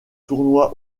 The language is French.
tournoi